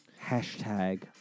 Hashtag